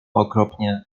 okropnie